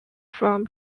from